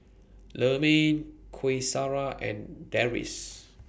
Leman Qaisara and Deris